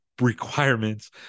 requirements